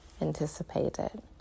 anticipated